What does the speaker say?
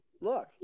look